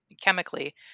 chemically